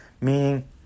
meaning